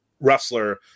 wrestler